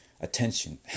attention